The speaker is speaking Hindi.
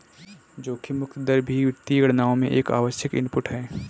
जोखिम मुक्त दर भी वित्तीय गणनाओं में एक आवश्यक इनपुट है